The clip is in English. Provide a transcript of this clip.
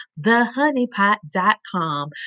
thehoneypot.com